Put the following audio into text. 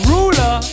Ruler